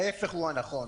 ההיפך הוא הנכון.